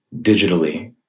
digitally